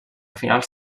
finals